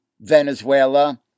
Venezuela